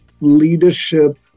leadership